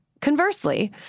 conversely